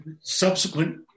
subsequent